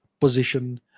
position